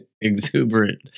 exuberant